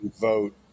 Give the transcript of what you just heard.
vote